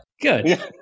good